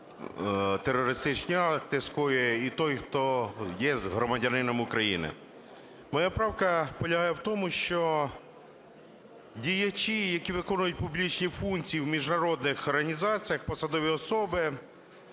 терористичні акти скоює, і той, хто є громадянином України. Моя правка полягає в тому, що діячі, які виконують публічні функції в міжнародних організаціях, посадові особи